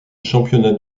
championnat